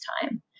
time